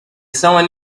someone